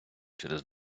через